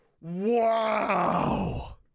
Wow